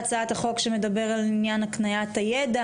בהצעת החוק שמדבר על עניין הקניית הידע